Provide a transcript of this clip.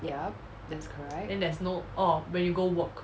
yup that's correct